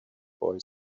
boy